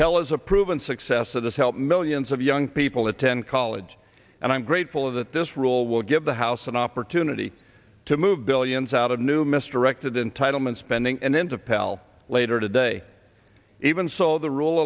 pell is a proven success of this help millions of young people attend college and i'm grateful of that this rule will give the house an opportunity to move billions out of new mr record in title man spending and then to pal later today even so the rule